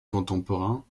contemporain